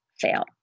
fail